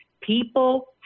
people